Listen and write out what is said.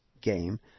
game